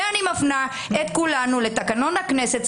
ואני מפנה את כולנו לתקנון הכנסת,